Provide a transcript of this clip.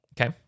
Okay